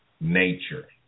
nature